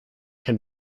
can